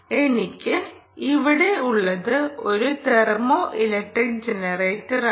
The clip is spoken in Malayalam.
എനിക്ക് ഇവിടെ ഉള്ളത് ഒരു തെർമോ ഇലക്ട്രിക് ജനറേറ്ററാണ്